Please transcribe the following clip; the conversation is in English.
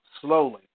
slowly